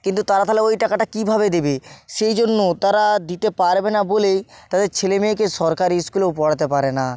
কিন্তু তারা তালে ওই টাকাটা কীভাবে দেবে সেই জন্য তারা দিতে পারবে না বলেই তাদের ছেলে মেয়েকে সরকারি স্কুলেও পড়াতে পারে না